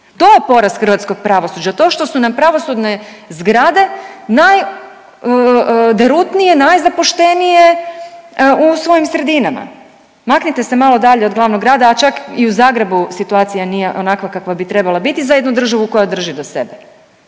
To je poraz hrvatskog pravosuđa. To što su nam pravosudne zgrade najderutnije, najzapuštenije u svojim sredinama. Maknite se malo dalje od glavnog grada, a čak i u Zagrebu situacija nije onakva kakva bi trebala biti za jednu državu koja drži do sebe.